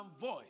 voice